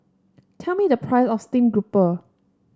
tell me the price of Steamed Grouper